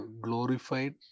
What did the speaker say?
glorified